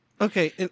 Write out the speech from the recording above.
okay